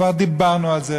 כבר דיברנו על זה,